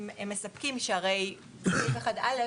הרי בסעיף 21(א)